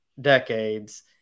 decades